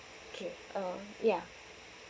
okay uh yeah